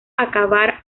acabar